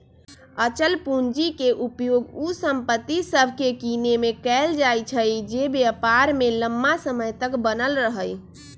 अचल पूंजी के उपयोग उ संपत्ति सभके किनेमें कएल जाइ छइ जे व्यापार में लम्मा समय तक बनल रहइ